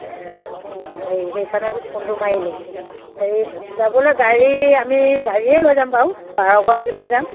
হেৰি সেইকাৰণে বোলো ফোনটো মাৰিলোঁ হেৰি যাবলৈ গাড়ী আমি গাড়ীয়ে লৈ যাম বাৰু বাৰগৰাকীমান যাম